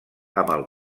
amb